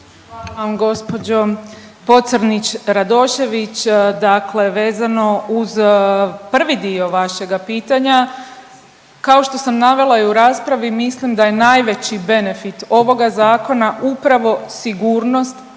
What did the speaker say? Hvala vam gđo Pocrnić-Radošević. Dakle vezano uz prvi dio vašega pitanja, kao što sam navela i u raspravi, mislim da je najveći benefit ovoga zakona upravo sigurnost